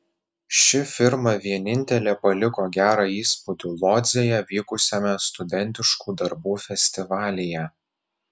ši firma vienintelė paliko gerą įspūdį lodzėje vykusiame studentiškų darbų festivalyje